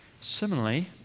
Similarly